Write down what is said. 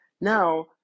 Now